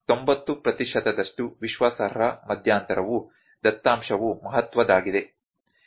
90 ಪ್ರತಿಶತದಷ್ಟು ವಿಶ್ವಾಸಾರ್ಹ ಮಧ್ಯಂತರವು ದತ್ತಾಂಶವು ಮಹತ್ವದ್ದಾಗಿದೆdata is significant